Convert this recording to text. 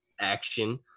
action